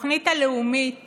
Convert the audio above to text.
התוכנית הלאומית